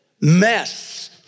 mess